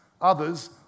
others